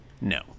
No